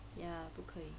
ya 不可以